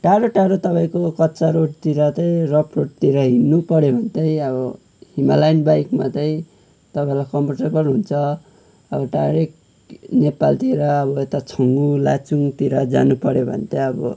टाढो टाढो तपाईँको कच्चा रोडतिर चाहिँ रफ रोडतिर हिँड्नुपऱ्यो भने चाहिँ अब हिमालयन बाइकमै चाहिँ तपाईँलाई कम्फरटेबल हुन्छ अब टाढै नेपालतिर अब यता छाङ्गु लाचुङतिर जानुपऱ्यो भने चाहिँ अब